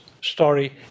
story